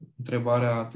întrebarea